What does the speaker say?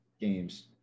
games